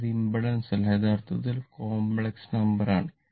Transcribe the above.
അത് ഇമ്പിഡൻസ് അല്ല യഥാർത്ഥത്തിൽ കോംപ്ലക്സ് നമ്പർ ആണ്